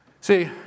See